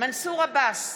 מנסור עבאס,